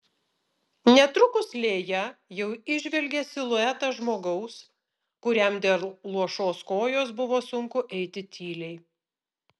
netrukus lėja jau įžvelgė siluetą žmogaus kuriam dėl luošos kojos buvo sunku eiti tyliai